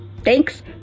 Thanks